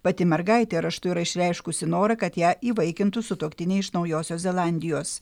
pati mergaitė raštu yra išreiškusi norą kad ją įvaikintų sutuoktiniai iš naujosios zelandijos